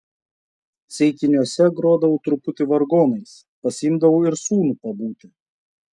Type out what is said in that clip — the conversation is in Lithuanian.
ceikiniuose grodavau truputį vargonais pasiimdavau ir sūnų pabūti